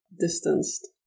distanced